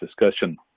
discussion